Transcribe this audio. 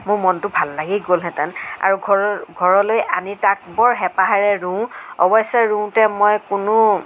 মোৰ মনটো ভাল লাগি গ'লহেতেন আৰু ঘৰলৈ ঘৰলৈ আনি তাক বৰ হেঁপাহেৰে ৰুওঁ অৱশ্যে ৰুওঁতে মই কোনো